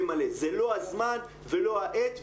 זה לא הזמן ולא העת,